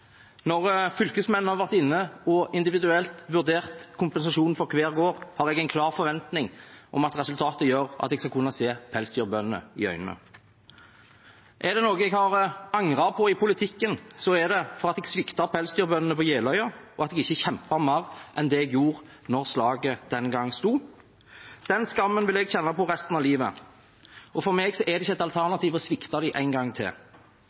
når fylkesmennene har vært inne og individuelt vurdert kompensasjon for hver gård, har jeg en klar forventning om at resultatet gjør at jeg skal kunne se pelsdyrbøndene i øynene. Er det noe jeg har angret på i politikken, er det at jeg på Jeløya sviktet pelsdyrbøndene, og at jeg ikke kjempet mer enn det jeg gjorde da slaget den gang sto. Den skammen vil jeg kjenne på resten av livet, og for meg er det ikke et alternativ å svikte dem en gang til.